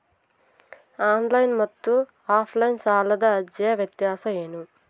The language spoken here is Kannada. ಆನ್ಲೈನ್ ಮತ್ತು ಆಫ್ಲೈನ್ ಸಾಲದ ಅರ್ಜಿಯ ವ್ಯತ್ಯಾಸ ಏನು?